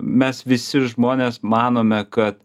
mes visi žmonės manome kad